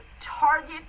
target